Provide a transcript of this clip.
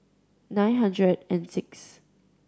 nine hundred and sixth